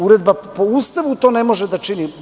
Uredba, po Ustavu, to ne može da čini.